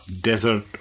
Desert